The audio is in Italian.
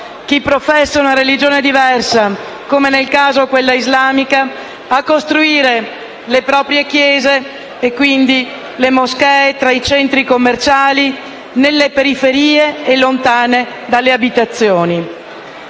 chi professa una religione diversa, come nel caso di quella islamica, a costruire le proprie chiese (quindi le moschee) tra i centri commerciali, nelle periferie e lontane dalle abitazioni.